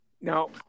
Now